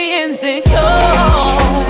insecure